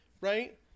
right